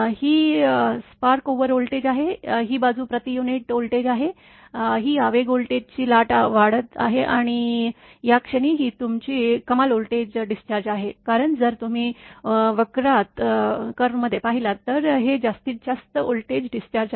ही spark over voltage आहे ही बाजू प्रति युनिट व्होल्टेज आहे ही आवेग व्होल्टेज ची लाट वाढत आहे आणि या क्षणी ही तुमची कमाल व्होल्टेज डिस्चार्ज आहे कारण जर तुम्ही वक्रात पाहिले तर हे जास्तीत जास्त व्होल्टेज डिस्चार्ज आहे